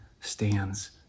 stands